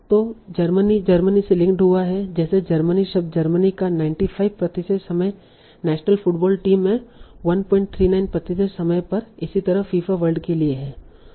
तो Germany Germany से linked हुआ है जैसे जर्मनी शब्द जर्मनी का 95 प्रतिशत समय नेशनल फुटबॉल टीम में 139 प्रतिशत समय पर इसी तरह फीफा वर्ल्ड कप के लिए है